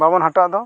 ᱵᱟᱵᱚᱱ ᱦᱟᱴᱟᱜ ᱫᱚ